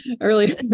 earlier